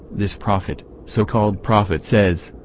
this prophet, so-called prophet says,